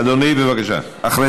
אדוני, אני יכול לקבל דקה, רגע?